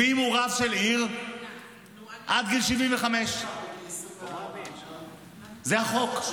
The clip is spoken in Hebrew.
ואם הוא רב של עיר, עד גיל 75. זה החוק.